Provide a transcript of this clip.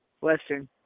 Western